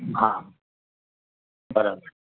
હા બરાબર